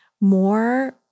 more